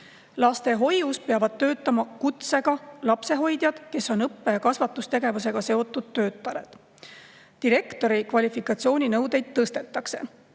Lastehoius peavad töötama kutsega lapsehoidjad, kes on õppe‑ ja kasvatustegevusega seotud töötajad. Direktori kvalifikatsiooninõudeid tõstetakse.